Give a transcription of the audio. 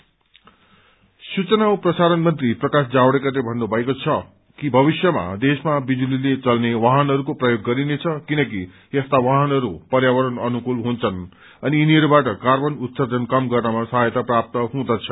electrical vehicles सूचना औ प्रसारण मन्त्री प्रकाश जावड़ेकरले भन्नुभएको छ कि भविष्यमा देशमा बिजुलीले चल्ने वाहनहरूको प्रयोग गरिनेछ किनक यस्ता वाहनहरू पर्यावरण अनुकूल हुन्छन् अनि यिनीहरूबाट कार्बन उत्सर्जन कम गर्नमा सहायता प्राप्त हुँदछ